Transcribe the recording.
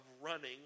running